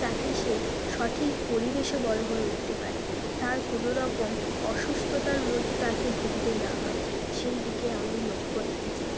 যাতে সে সঠিক পরিবেশে বড় হয়ে উঠতে পারে তার কোনো রকম অসুস্থতার মধ্যে তাকে ভুগতে না হয় সেইদিকে আমি লক্ষ্য রেখেছি